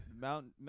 Mountain